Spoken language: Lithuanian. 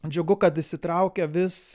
džiugu kad įsitraukia vis